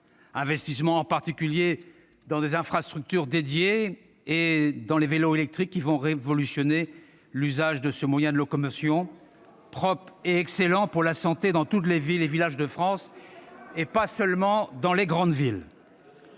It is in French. investissement dans des infrastructures dédiées et dans les vélos électriques va révolutionner l'usage de ce moyen de locomotion propre et excellent pour la santé dans toutes les villes et villages de France, et pas seulement dans les grandes villes.